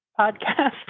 podcast